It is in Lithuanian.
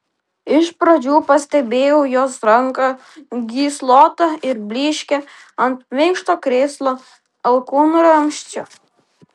iš pradžių pastebėjau jos ranką gyslotą ir blyškią ant minkšto krėslo alkūnramsčio